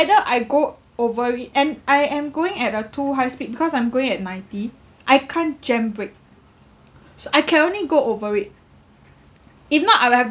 either I go over it and I am going at a too high speed because I'm going at ninety I can't jam break so I can only go over it if not I will have